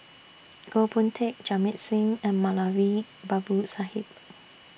Goh Boon Teck Jamit Singh and Moulavi Babu Sahib